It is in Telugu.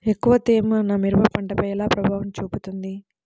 ఎక్కువ తేమ నా మిరప పంటపై ఎలా ప్రభావం చూపుతుంది?